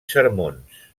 sermons